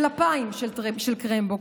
"טלפיים של קרמבו",